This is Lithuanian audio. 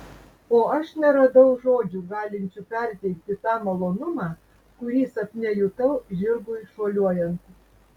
o aš neradau žodžių galinčių perteikti tą malonumą kurį sapne jutau žirgui šuoliuojant